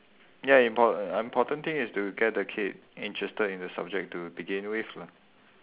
ya impor~ important thing is to get the kid interested in the subject to begin with lah